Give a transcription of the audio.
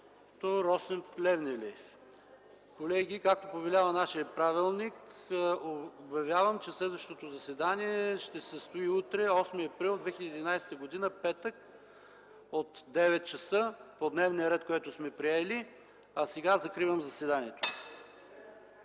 Росен Плевнелиев. Колеги, както повелява нашият правилник, обявявам, че следващото заседание ще се състои утре – 8 април 2011 г., петък, от 9,00 ч. по дневния ред, който сме приели. Закривам заседанието.